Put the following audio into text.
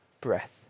breath